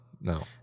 no